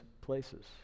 places